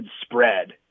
spread